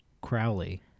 Crowley